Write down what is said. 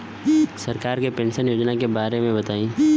सरकार के पेंशन योजना के बारे में बताईं?